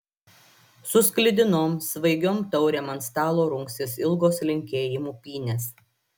su sklidinom svaigiom taurėm ant stalo rungsis ilgos linkėjimų pynės